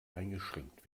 eingeschränkt